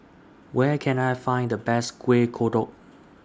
Where Can I Find The Best Kuih Kodok